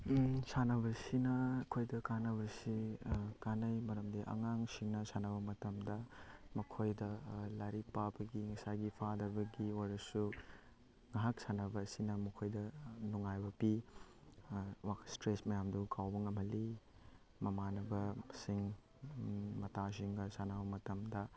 ꯁꯥꯟꯅꯕꯁꯤꯅ ꯑꯩꯈꯣꯏꯗ ꯀꯥꯅꯕꯁꯤ ꯀꯥꯅꯩ ꯃꯔꯝꯗꯤ ꯑꯉꯥꯡꯁꯤꯡꯅ ꯁꯥꯟꯅꯕ ꯃꯇꯝꯗ ꯃꯈꯣꯏꯗ ꯂꯥꯏꯔꯤꯛ ꯄꯥꯕꯒꯤ ꯉꯁꯥꯏꯒꯤ ꯐꯥꯗꯕꯒꯤ ꯑꯣꯏꯔꯁꯨ ꯉꯍꯥꯛ ꯁꯥꯟꯅꯕ ꯑꯁꯤꯅ ꯃꯈꯣꯏꯗ ꯅꯨꯡꯉꯥꯏꯕ ꯄꯤ ꯋꯥꯛ ꯏꯁꯇ꯭ꯔꯦꯁ ꯃꯌꯥꯝꯗꯨ ꯀꯥꯎꯕ ꯉꯝꯍꯜꯂꯤ ꯃꯃꯥꯟꯅꯕꯁꯤꯡ ꯃꯇꯥꯁꯤꯡꯒ ꯁꯥꯟꯅꯕ ꯃꯇꯝꯗ